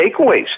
takeaways